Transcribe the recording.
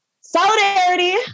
solidarity